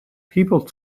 people